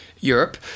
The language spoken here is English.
Europe